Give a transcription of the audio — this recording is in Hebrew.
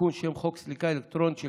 ותיקון שם חוק סליקה אלקטרונית של